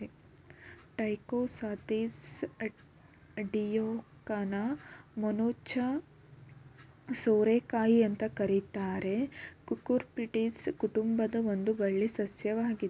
Trichosanthes ಡಿಯೋಕಾನ ಮೊನಚಾದ ಸೋರೆಕಾಯಿ ಅಂತ ಕರೀತಾರೆ ಕುಕುರ್ಬಿಟೇಸಿ ಕುಟುಂಬದ ಒಂದು ಬಳ್ಳಿ ಸಸ್ಯವಾಗಿದೆ